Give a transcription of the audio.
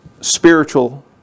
spiritual